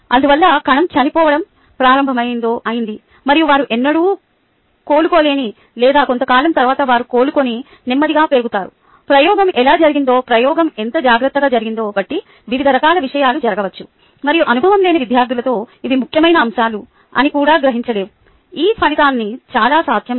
అందువల్ల కణం చనిపోవడం ప్రారంభమైంది మరియు వారు ఎన్నడూ కోలుకోలేదు లేదా కొంతకాలం తర్వాత వారు కోలుకొని నెమ్మదిగా పెరుగుతారు ప్రయోగం ఎలా జరిగిందో ప్రయోగం ఎంత జాగ్రత్తగా జరిగిందో బట్టి వివిధ రకాల విషయాలు జరగవచ్చు మరియు అనుభవం లేని విద్యార్థులతో ఇవి ముఖ్యమైన అంశాలు అని కూడా గ్రహించలేవు ఈ ఫలితాలన్నీ చాలా సాధ్యమే